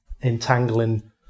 entangling